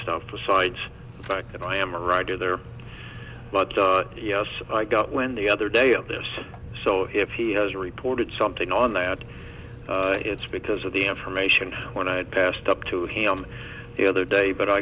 stuff besides the fact that i am a writer there but yes i got wind the other day and it is so if he has reported something on there and it's because of the information when i passed up to him the other day but i